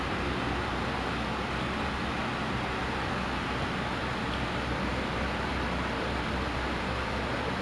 like I go with my boyfriend then I play with my cats I hang out with my family macam gitu gitu jer lah eh